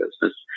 business